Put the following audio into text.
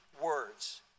words